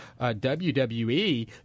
WWE